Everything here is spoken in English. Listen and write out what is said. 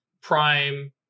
Prime